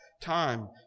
time